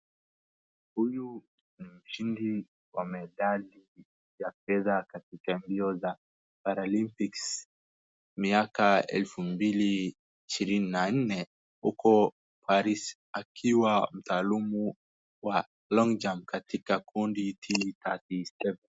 Huyu ni mshindi wa medali ya fedha katika mbio za paralympics miaka 2024 huko Paris akiwa mtaalumu wa longjump katika kundi para athletics .